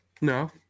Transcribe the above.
No